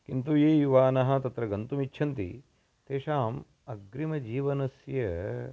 किन्तु ये युवानः तत्र गन्तुमिच्छन्ति तेषाम् अग्रिमजीवनस्य